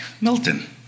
Milton